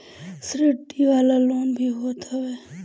subsidy वाला loan भी होत हवे